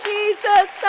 Jesus